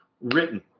written